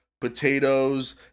potatoes –